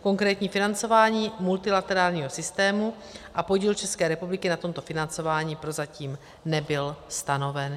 Konkrétní financování multilaterálního systému a podíl České republiky na tomto financování prozatím nebyl stanoven.